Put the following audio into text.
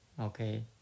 okay